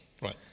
Right